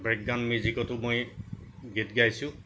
background মিউজিকতো মই গীত গাইছোঁ